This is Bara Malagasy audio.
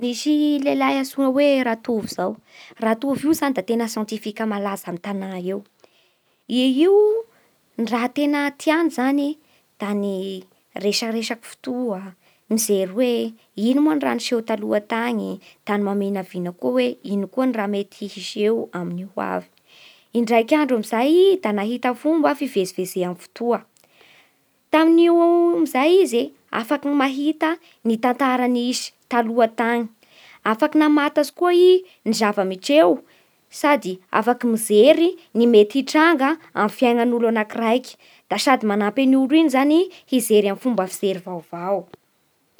Nisy lehilahy antsoina hoe Ratovo zao. Ratovo io zany de tena lehilahy siantifika malaza amin'ny tanà eo. I io ny raha tena tiany zany da ny resaresaky fotoa, mijery hoe ino moa raha niseho taloha tany da ny maminavina koa hoe i no ny raha mety hiseho amin'ny ho avy. Indraiky andro amin'izay da mahita fomba fivezivezea amin'ny fotoa. Tamin'io amin'izay izy e, afaky mahita ny tantara taloha tany, afaky namatatsy koa i ny zava-miseho sady afaky mijery ny mety hitranga amin'ny fiainan'olo anakiraiky, da sady manampy an'iny olo iny hijery amin'ny fomba fijery vaovao.